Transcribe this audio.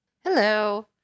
Hello